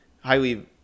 highly